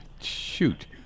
shoot